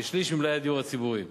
כשליש ממלאי הדיור הציבורי,